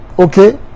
Okay